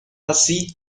así